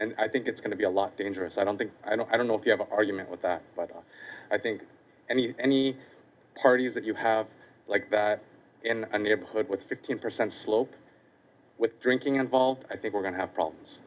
and i think it's going to be a lot dangerous i don't think i don't i don't know if you have an argument with that but i think i meet any parties that you have like that in a neighborhood with fifteen percent slope with drinking involved i think we're going to have